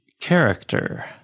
character